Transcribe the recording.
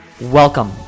Welcome